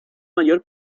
mayor